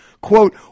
Quote